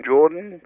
Jordan